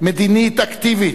מדינית אקטיבית,